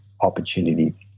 opportunity